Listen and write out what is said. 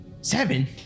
Seven